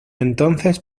entonces